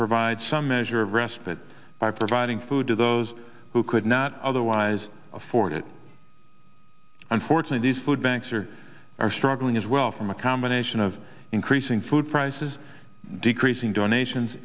some measure of respite by providing food to those who could not otherwise afford it unfortunately as food banks are are struggling as well from a combination of increasing food prices decreasing donations